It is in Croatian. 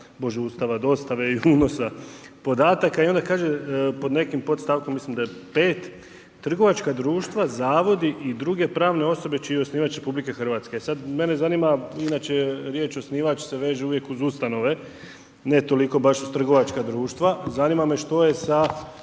bože Ustava, dostave i unose podataka i onda kaže pod nekim podstavkom, mislim da je 5., trgovačka društva, zavodi i druge pravne osobe čiji je osnivač RH. E sad, mene zanima inače, riječ osnivač se veže uvijek uz ustanove, ne toliko baš uz trgovačka društva, zanima me što je sa